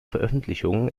veröffentlichungen